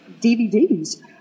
DVDs